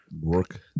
work